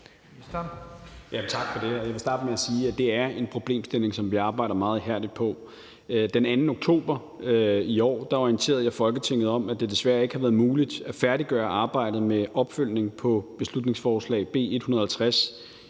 Tak for det. Jeg vil starte med at sige, at det er en problemstilling, som vi arbejder meget ihærdigt på. Den 2. oktober i år orienterede jeg Folketinget om, at det desværre ikke havde været muligt at færdiggøre arbejdet med opfølgning på beslutningsforslag B 150